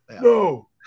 No